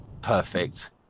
Perfect